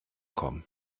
kommen